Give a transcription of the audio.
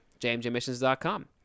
jmjmissions.com